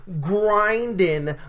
grinding